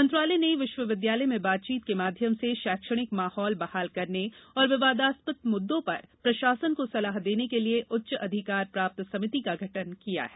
मंत्रालय ने विश्वविद्यालय में बातचीत के माध्यम से शैक्षणिक माहौल बहाल करने और विवादास्पद मुद्दों पर प्रशासन को सलाह देने के लिए उच्च अधिकार प्राप्त समिति का गठन किया है